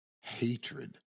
hatred